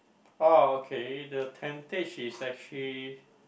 orh okay the tentage is actually